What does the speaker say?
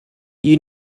you